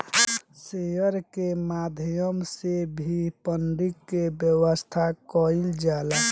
share के माध्यम से भी फंडिंग के व्यवस्था कईल जाला